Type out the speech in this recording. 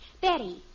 Betty